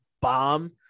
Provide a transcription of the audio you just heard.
bomb